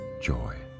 joy